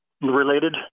related